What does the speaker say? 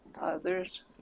others